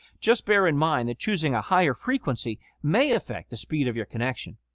just bear in mind that choosing a higher frequency may affect the speed of your connection.